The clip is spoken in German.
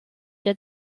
der